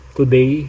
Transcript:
today